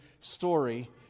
story